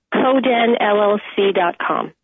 codenllc.com